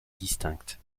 distincte